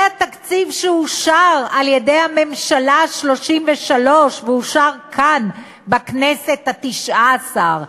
זה התקציב שאושר על-ידי הממשלה ה-33 ואושר כאן בכנסת התשע-עשרה.